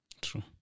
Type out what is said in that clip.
True